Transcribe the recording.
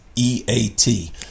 E-A-T